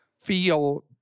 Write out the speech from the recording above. feel